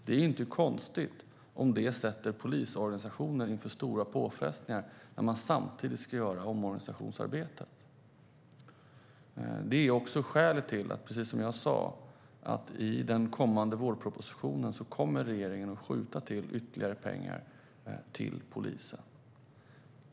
Det är därför inte konstigt om det ställer polisorganisationen inför stora påfrestningar när man samtidigt ska göra omorganisationsarbetet. Det är också skälet, precis som jag sa, till att regeringen i den kommande vårpropositionen kommer att skjuta till ytterligare pengar till polisen.